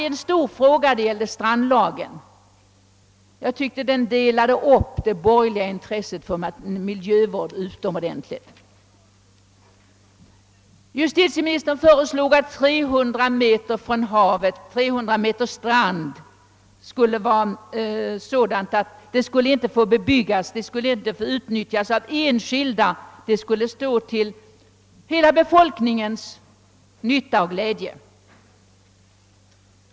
Den frågan delade på ett typiskt sätt upp de borgerliga i fråga om miljövården. Justitieministern föreslog att ett 300 meter brett område, från stranden räknat, inte skulle få bebyggas och inte utnyttjas av enskilda. Det skulle ligga till hela befolkningens nytta och glädje.